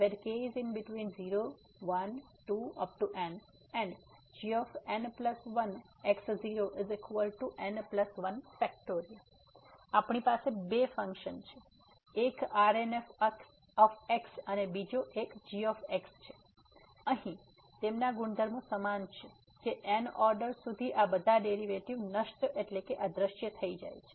તેથી આપણી પાસે બે ફંક્શન છે એક Rn અને બીજો એક g છે અહીં તેમના ગુણધર્મો સમાન છે કે n ઓર્ડેર સુધી આ બધા ડેરીવેટીવ નષ્ટ અદૃશ્ય થઈ જાય છે